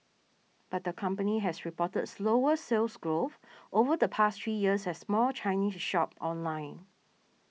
but the company has reported slower Sales Growth over the past three years as more Chinese shop online